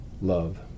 love